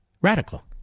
radical